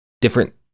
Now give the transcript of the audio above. different